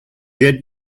get